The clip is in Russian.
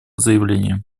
заявление